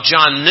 John